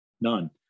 none